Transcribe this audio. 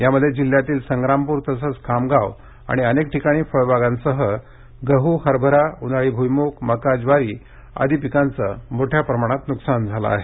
यामध्ये जिल्ह्यातील संग्रामपूर तसेच खामगाव अनेक ठिकाणी फळबागासह गहु हरबरा ऊन्हाळी भुईमुग मका ज्वारी आदी पिकांचे मोठ्या प्रमाणात नुकसान झाले आहे